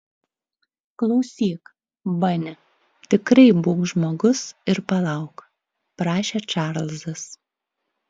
klausyk bani tikrai būk žmogus ir palauk prašė čarlzas